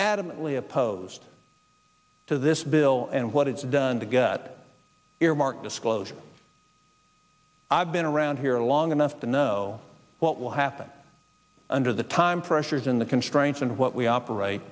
adamantly opposed to this bill and what it's done to get earmark disclosure i've been around here long enough to know what will happen under the time pressures in the constraints and what we operate